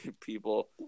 people